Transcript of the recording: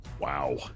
Wow